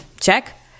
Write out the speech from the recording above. Check